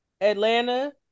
Atlanta